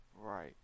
Right